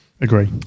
Agree